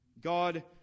God